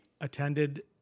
attended